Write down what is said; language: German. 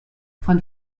von